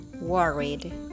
Worried